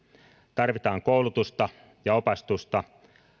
tarvitaan koulutusta ja opastusta